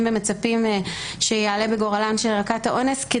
ומצפים שיעלה בגורלן של ערכות האונס.